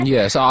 Yes